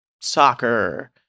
soccer